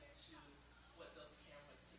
to what those cameras